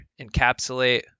encapsulate